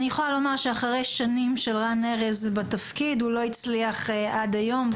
אני יכולה לומר שאחרי שנים שרן ארז בתפקיד הוא לא הצליח עד היום.